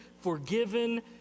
forgiven